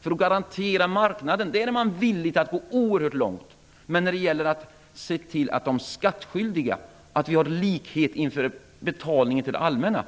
För att garantera marknaden är man villig att gå oerhört långt, men när det gäller att se till att vi har likhet inför betalningen till det allmänna